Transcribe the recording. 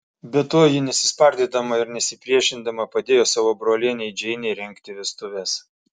be to ji nesispardydama ir nesipriešindama padėjo savo brolienei džeinei rengti vestuves